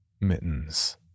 Mittens